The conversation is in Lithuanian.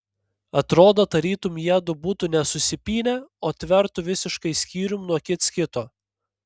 atrodo tarytum jiedu būtų ne susipynę o tvertų visiškai skyrium nuo kits kito